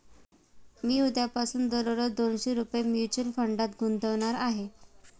मी उद्यापासून दररोज दोनशे रुपये म्युच्युअल फंडात गुंतवणार आहे